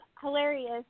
hilarious